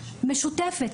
משותפת,